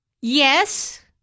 Yes